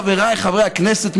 חבריי חברי הכנסת,